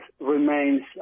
remains